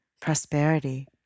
prosperity